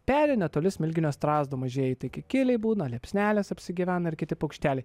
peri netoli smilginio strazdo mažieji kikiliai būna liepsnelės apsigyvena ir kiti paukšteliai